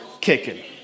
kicking